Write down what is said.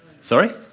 Sorry